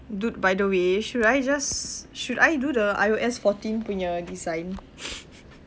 dude by the way should I just should I do the ios fourteen punya design